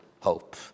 hope